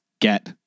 get